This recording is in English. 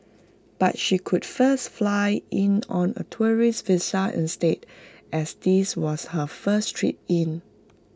but she could first fly in on A tourist visa instead as this was her first trip in